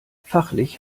fachlich